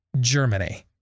Germany